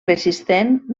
resistent